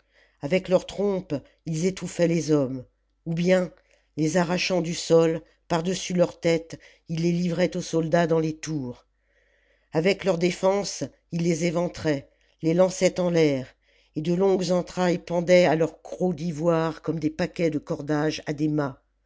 avec leurs trompes ils étouffaient les hommes ou bien les arrachant du sol par-dessus leur tête ils les livraient aux soldats dans les tours avec leurs défenses ils les éventraient les lançaient en l'air et de longues entrailles pendaient à leurs crocs d'ivoire comme des paquets de cordages à des mâts